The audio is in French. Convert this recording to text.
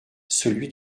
celui